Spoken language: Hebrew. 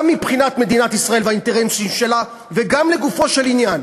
גם מבחינת מדינת ישראל והאינטרסים שלה וגם לגופו של עניין,